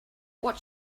what